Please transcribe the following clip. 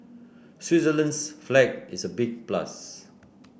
Switzerland's flag is a big plus